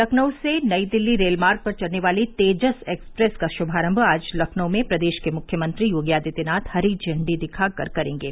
लखनऊ से नई दिल्ली रेलमार्ग पर चलने वाली तेजस एक्सप्रेस का शुभारम्भ आज लखनऊ में प्रदेश के मुख्यमंत्री योगी आदित्यनाथ हरी झंडी दिखा कर करेंगे